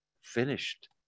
finished